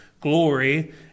glory